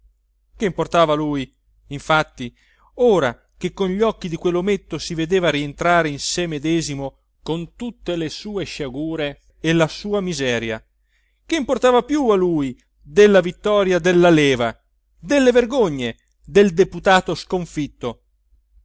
che importava a lui infatti ora che con gli occhi di quellometto si vedeva rientrare in sé medesimo con tutte le sue sciagure e la sua miseria che importava più a lui della vittoria del laleva delle vergogne del deputato sconfitto